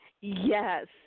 Yes